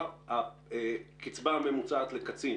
הקצבה הממוצעת לקצין